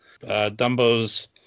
Dumbo's